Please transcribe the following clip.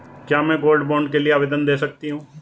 क्या मैं gold bond के लिए आवेदन दे सकती हूँ?